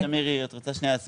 אנחנו מדברים